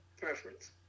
preference